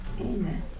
Amen